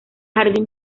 jardín